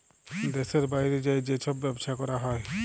দ্যাশের বাইরে যাঁয়ে যে ছব ব্যবছা ক্যরা হ্যয়